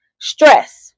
Stress